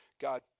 God